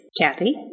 kathy